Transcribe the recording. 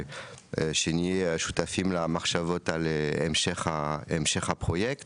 שנהיה שותפים למחשבות על המשך הפרויקט